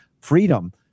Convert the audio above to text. freedom